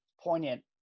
poignant